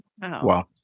Wow